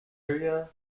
area